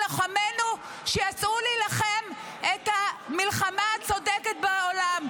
לוחמינו שיצאנו להילחם את המלחמה הצודקת בעולם.